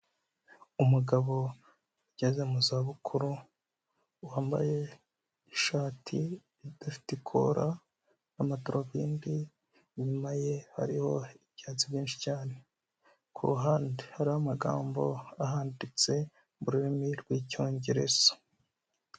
Umugabo ugeze mu za bukuru wambaye ishati idafite ikoran'amadarubindi inyuma ye hariho ibyatsi byinshi cyane, ku ruhande hari amagambo ahanditse mu rurimi rw'icyongereza.